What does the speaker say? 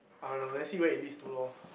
I don't know let's see what it leads to lor